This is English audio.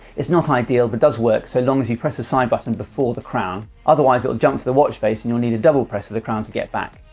it's not ideal but does work, so long as you press the side button before the crown. otherwise it'll jump to the watch face, and you'll need a double press of the crown to get back.